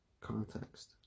context